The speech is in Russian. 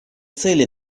цели